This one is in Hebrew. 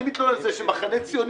אני מתלונן על זה שלמחנה הציוני,